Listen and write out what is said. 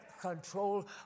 control